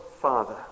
father